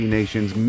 Nation's